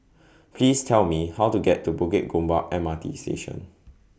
Please Tell Me How to get to Bukit Gombak M R T Station